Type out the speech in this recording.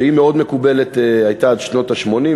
שהייתה מאוד מקובלת עד שנות ה-80,